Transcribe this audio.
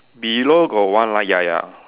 below got one line ya ya